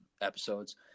episodes